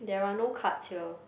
there are no cards here